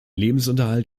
lebensunterhalt